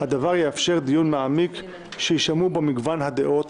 הדבר יאפשר דיון מעמיק שיישמעו בו מגוון הדעות